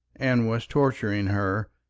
and was torturing her,